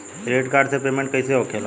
Credit card से payment कईसे होखेला?